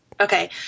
Okay